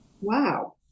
wow